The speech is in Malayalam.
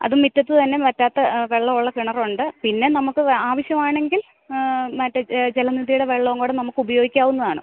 അതും മുറ്റത്തു തന്നെ വറ്റാത്ത വെള്ളമുള്ള കിണറുണ്ട് പിന്നെ നമുക്ക് ആവശ്യമാണെങ്കിൽ മറ്റേ ജലനിധിയുടെ വെള്ളവും കൂടെ നമുക്ക് ഉപയോഗിക്കാവുന്നതാണ്